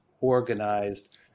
organized